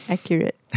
Accurate